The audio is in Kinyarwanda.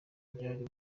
byari